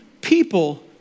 people